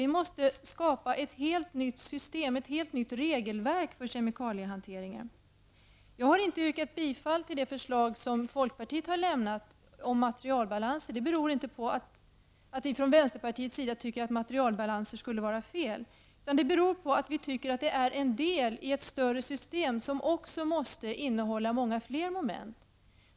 Vi måste skapa ett helt nytt regelverk för kemikaliehanteringen. Jag har inte yrkat bifall till det förslag som folkpartiet har framlagt om materialbalanser. Det beror inte på att vi från vänsterpartiet tycker att det skulle vara fel med materialbalanser utan på att vi tycker att det är en del i ett större system, som måste innehålla många fler moment.